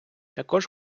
також